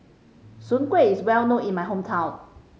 Soon Kueh is well known in my hometown